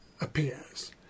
appears